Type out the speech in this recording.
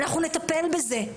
אנחנו נטפל בזה.